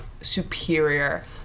superior